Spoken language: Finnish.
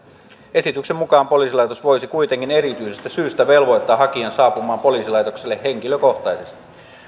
esityksen mukaan poliisilaitos voisi kuitenkin erityisestä syystä velvoittaa hakijan saapumaan poliisilaitokselle henkilökohtaisesti